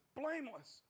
blameless